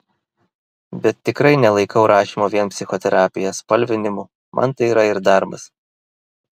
bet tikrai nelaikau rašymo vien psichoterapija spalvinimu man tai yra ir darbas